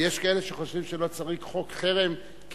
יש כאלה שחושבים שלא צריך חוק חרם כי